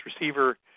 receiver